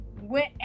went